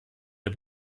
der